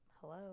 Hello